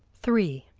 three.